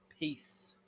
Peace